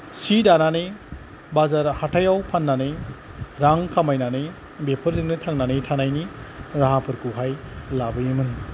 सि दानानै बाजार हाथाइयाव फाननानै रां खामायनानै बेफोरजोंनो थांनानै थानायनि राहाफोरखौहाय लाबोयोमोन